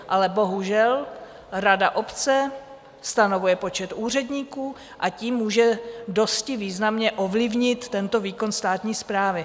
Ale bohužel rada obce stanovuje počet úředníků a tím může dosti významně ovlivnit tento výkon státní správy.